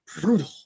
brutal